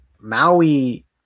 maui